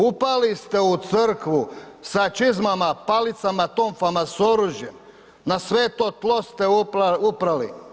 Upali ste u crkvu sa čizmama, palicama, tonfama, s oružjem, na sveto tlo ste upali.